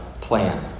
plan